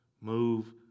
move